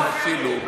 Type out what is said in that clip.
אני אומר אפילו.